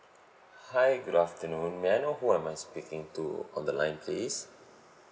hi good afternoon may I know who am I speaking to on the line please